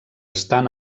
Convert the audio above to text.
estan